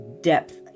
depth